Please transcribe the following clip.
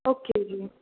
okay ਜੀ